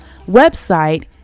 website